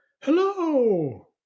hello